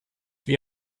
wie